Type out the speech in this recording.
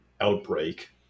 outbreak